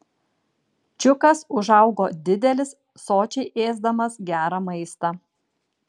čiukas užaugo didelis sočiai ėsdamas gerą maistą